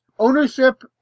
ownership